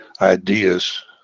ideas